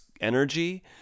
energy